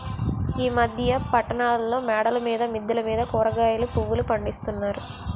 ఈ మధ్య పట్టణాల్లో మేడల మీద మిద్దెల మీద కూరగాయలు పువ్వులు పండిస్తున్నారు